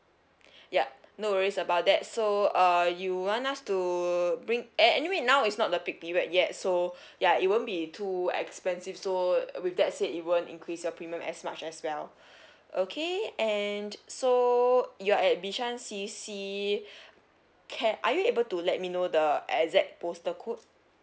yup no worries about that so uh you want us to bring a~ anyway now is not the peak period yet so ya it won't be too expensive so uh with that said it won't increase your premium as much as well okay and so you're at bishan C_C can are you able to let me know the exact postal code